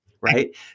right